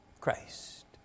Christ